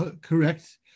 Correct